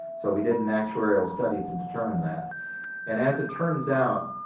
so, we did an actuarial study to determine that and as it turns out,